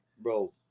Bro